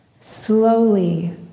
Slowly